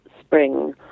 spring